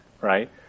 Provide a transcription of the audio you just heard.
right